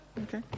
Okay